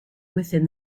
within